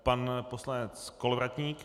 Pan poslanec Kolovratník.